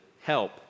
help